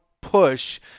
push